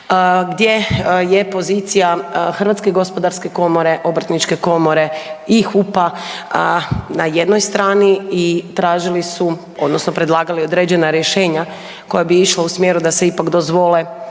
gdje je pozicija HGK, HOK i HUP-a na jednoj strani i tražili su odnosno predlagali određena rješenja koja bi išla u smjeru da se ipak dozvole